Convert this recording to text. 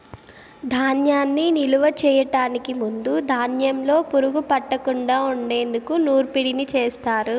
ధాన్యాన్ని నిలువ చేయటానికి ముందు ధాన్యంలో పురుగు పట్టకుండా ఉండేందుకు నూర్పిడిని చేస్తారు